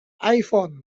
iphone